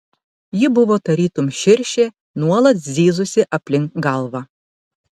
ji buvo tarytum širšė nuolat zyzusi aplink galvą